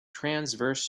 transverse